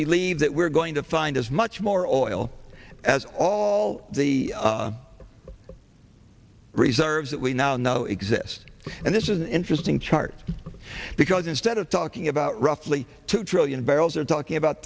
believe that we're going to find as much more oil as all the reserves that we now know exist and this is an interesting chart because instead of talking about roughly two trillion barrels are talking about